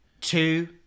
two